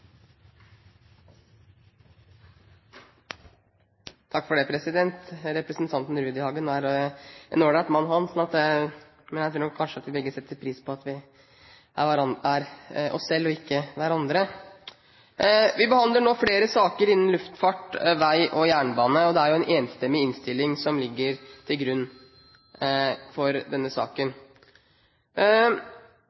en all right mann, men jeg tror nok vi begge setter pris på at vi er oss selv og ikke hverandre. Vi behandler nå flere saker innen luftfart, vei og jernbane, og det er en enstemmig innstilling som ligger til grunn for denne saken.